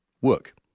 work